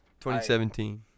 2017